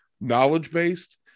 knowledge-based